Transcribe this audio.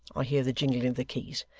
i hear the jingling of the keys.